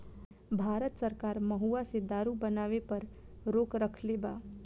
भारत सरकार महुवा से दारू बनावे पर रोक रखले बा